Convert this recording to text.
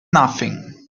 nothing